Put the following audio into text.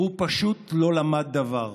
הוא פשוט לא למד דבר,